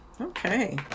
Okay